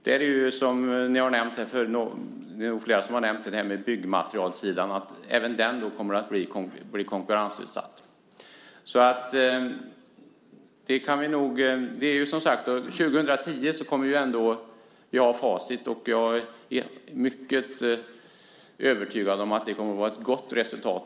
Flera har tidigare nämnt att även byggmaterialsidan kommer att bli konkurrensutsatt. År 2010 kommer vi att ha facit. Jag är övertygad om att det kommer att vara ett gott resultat.